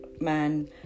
man